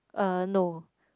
uh no